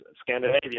Scandinavia